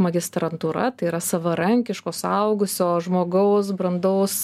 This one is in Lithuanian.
magistrantūra tai yra savarankiško suaugusio žmogaus brandaus